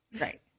Right